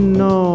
no